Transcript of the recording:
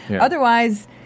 Otherwise